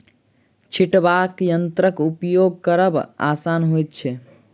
छिटबाक यंत्रक उपयोग करब आसान होइत छै